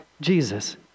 Jesus